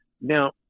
Now